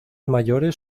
mayores